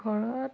ঘৰত